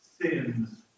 sins